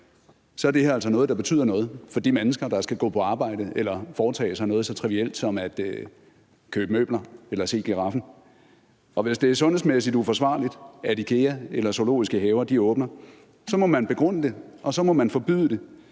så er det her altså noget, der betyder noget for de mennesker, der skal gå på arbejde eller foretage sig noget så trivielt som at købe møbler eller se giraffen. Hvis det er sundhedsmæssigt uforsvarligt, at Ikea eller zoologiske haver åbner, så må man begrunde det, og så må man forbyde det.